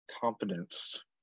confidence